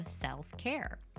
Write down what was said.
Self-Care